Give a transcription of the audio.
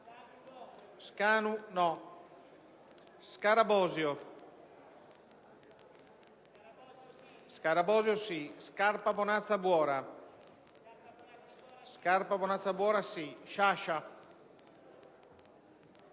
Scarabosio, Scarpa Bonazza Buora,